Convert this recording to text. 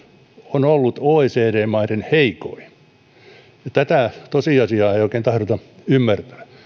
on ollut oecd maiden heikoin ja tätä tosiasiaa ei oikein tahdota ymmärtää